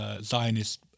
Zionist